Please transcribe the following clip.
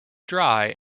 dry